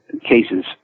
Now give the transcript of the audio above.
cases